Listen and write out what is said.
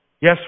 Yes